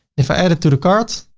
if i add it to the cart,